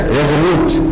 resolute